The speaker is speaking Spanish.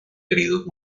heridos